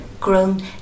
grown